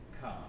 Come